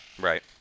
right